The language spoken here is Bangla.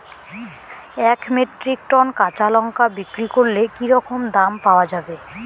এক মেট্রিক টন কাঁচা লঙ্কা বিক্রি করলে কি রকম দাম পাওয়া যাবে?